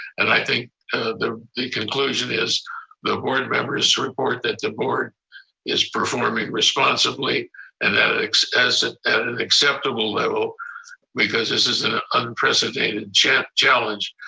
and i think the the conclusion is the board members report that the board is performing responsibly and that acts at at an acceptable level because this is an unprecedented chat challenge.